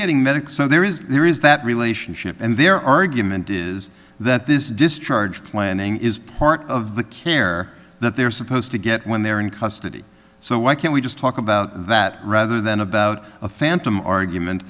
getting medical so there is there is that relationship and their argument is that this discharge planning is part of the care that they are supposed to get when they're in custody so why can't we just talk about that rather than about a phantom argument